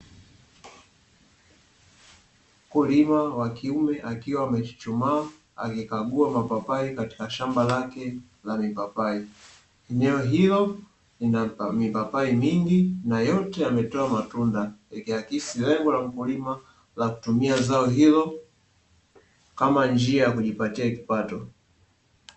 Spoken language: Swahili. Mkulima wa kiume akiwa amechuchumaa, akikagua mapapai katika shamba lake la mipapai. Eneo hilo lina mipapai mingi na yote yametoa matunda, ikiakisi lengo la mkulima la kutumia zao hilo kama njia ya kujipatia kipato.